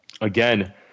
again